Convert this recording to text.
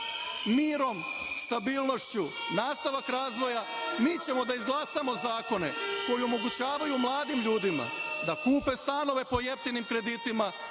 mirom, stabilnošću, nastavak razvoja. Mi ćemo da izglasamo zakone koji omogućavaju mladim ljudima da kupe stanove po jeftinim kreditima.